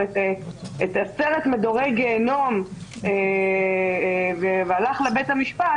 את עשרת מדורי גיהינום והלך לבית המשפט,